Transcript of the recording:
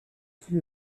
qui